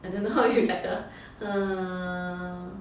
I don't know how you like err